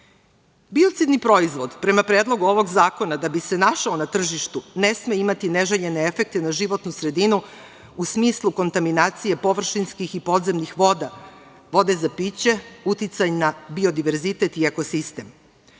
čitljiva. Biocidni proizvod, prema Predlogu zakona, da bi se našao na tržištu ne sme imati neželjene efekte na životnu sredinu u smislu kontaminacije površinskih i podzemnih voda, vode za piće, uticaj na biodiverzitet i ekosistem.